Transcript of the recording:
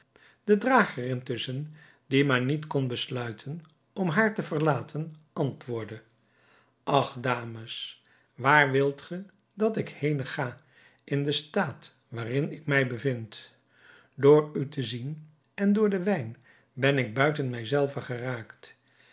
de drager intusschen die maar niet kon besluiten om haar te verlaten antwoordde ach dames waar wilt gij dat ik henen ga in den staat waarin ik mij bevind door u te zien en door den wijn ben ik buiten mij zelven geraakt